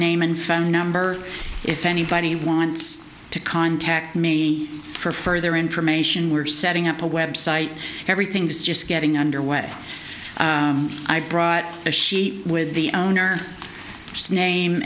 name and phone number if anybody wants to contact me for further information we're setting up a website everything is just getting under way i brought the sheet with the owner